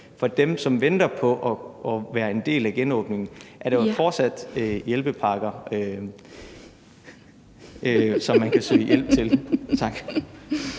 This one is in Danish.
for dem, som venter på at være en del af genåbningen, fortsat er hjælpepakker, som man kan søge hjælp fra. Tak.